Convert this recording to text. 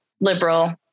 Liberal